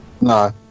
No